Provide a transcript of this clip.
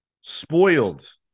spoiled